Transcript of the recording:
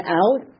out